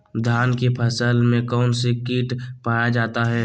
धान की फसल में कौन सी किट पाया जाता है?